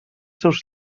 seus